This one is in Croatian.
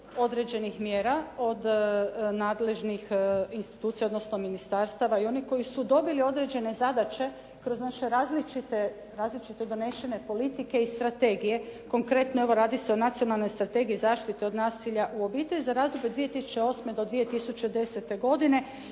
određenih mjera od nadležnih institucija, odnosno ministarstava i onih koji su dobili određene zadaće kroz znaše različite donešene politike i strategije. Konkretno, evo radi se o Nacionalnoj strategiji zaštite od nasilja u obitelji za razliku od 2008. do 2010. godine.